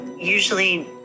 usually